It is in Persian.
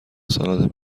سالاد